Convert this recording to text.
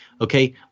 Okay